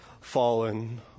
fallen